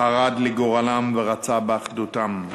חרד לגורלם ורצה באחדותם.